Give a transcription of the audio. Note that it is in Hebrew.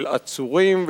של עצורים,